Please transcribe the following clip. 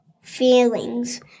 feelings